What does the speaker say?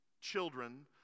children